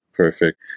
Perfect